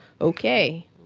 okay